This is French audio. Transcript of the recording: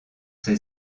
ses